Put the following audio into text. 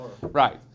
Right